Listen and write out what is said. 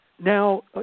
Now